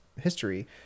history